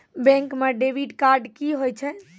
Bank म debit card की होय छै?